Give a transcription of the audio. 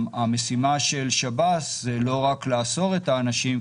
המשימה של שב"ס היא לא רק לאסור את האנשים,